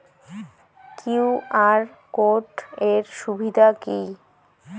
QR code এর সুবিধা কি?